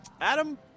Adam